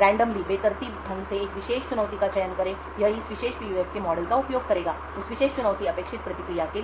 बेतरतीब ढंग से एक विशेष चुनौती का चयन करेगा यह इस विशेष पीयूएफ के मॉडल का उपयोग करेगा उस विशेष चुनौती अपेक्षित प्रतिक्रिया के लिए